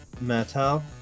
Metal